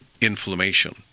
inflammation